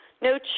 No